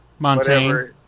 Montaigne